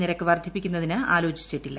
നിരക്ക് വർദ്ധിപ്പിക്കുന്നതിന് ആലോചിച്ചിട്ടില്ല